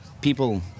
people